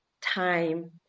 time